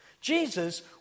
Jesus